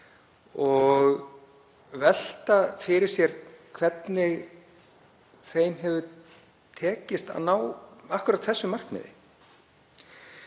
og velta fyrir sér hvernig henni hefur tekist að ná akkúrat því markmiði.